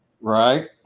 Right